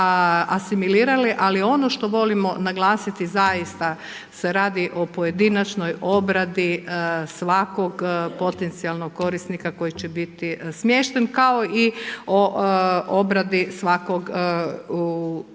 Ali ono što volimo naglasiti zaista se radi o pojedinačnoj obradi svakog potencijalnog korisnika koji će biti smješten, kao i o obradi svakog udomitelja.